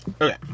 Okay